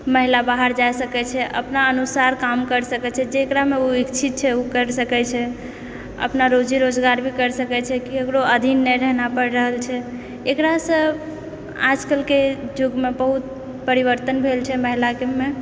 महिला बाहर जाइ सकैत छै अपना अनुसार काम करि सकैत छै जेकरामऽ ओ इच्छित छै ओ करि सकैत छै अपना रोजी रोजगार भी करि सकैत छै केकरो अधीन नहि रहना पड़ि रहल छै एकरासँ आजकलके युगमऽ बहुत परिवर्तन भेल छै महिलामे